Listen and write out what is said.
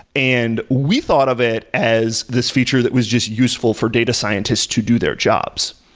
and we thought of it as this feature that was just useful for data scientists to do their jobs,